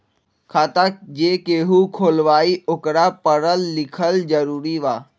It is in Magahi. खाता जे केहु खुलवाई ओकरा परल लिखल जरूरी वा?